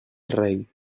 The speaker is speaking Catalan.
rei